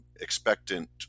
expectant